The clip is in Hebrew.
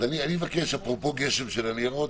אפרופו גשם של ניירות,